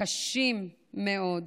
קשים מאוד,